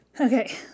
Okay